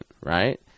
right